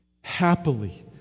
Happily